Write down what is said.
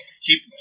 Keep